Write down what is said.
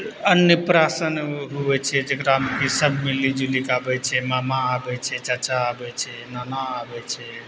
अन्नप्राशन हुए छै जकरामे कि सब मिलिजुलिके अबै छै मामा अबै छै चाचा अबै छै नाना अबै छै